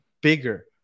bigger